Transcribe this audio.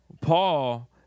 Paul